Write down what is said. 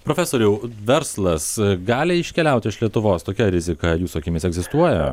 profesoriau verslas gali iškeliaut iš lietuvos tokia rizika jūsų akimis egzistuoja